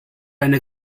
eine